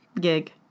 gig